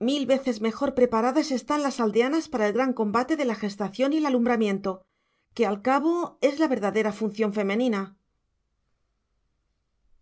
mil veces mejor preparadas están las aldeanas para el gran combate de la gestación y alumbramiento que al cabo es la verdadera función femenina